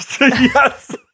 Yes